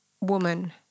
woman